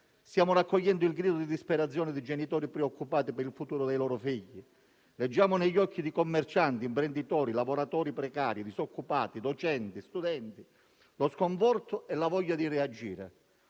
Stiamo raccogliendo il grido di disperazione di genitori preoccupati per il futuro dei loro figli. Leggiamo negli occhi di commercianti, imprenditori, lavoratori precari, disoccupati, docenti e studenti lo sconforto e la voglia di reagire.